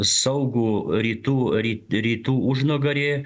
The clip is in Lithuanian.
saugų rytų rytų užnugarį